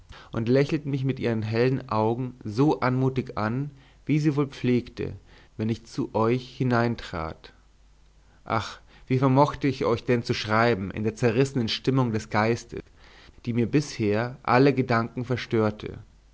und lächelt mich mit ihren hellen augen so anmutig an wie sie wohl pflegte wenn ich zu euch hineintrat ach wie vermochte ich denn euch zu schreiben in der zerrissenen stimmung des geistes die mir bisher alle gedanken verstörte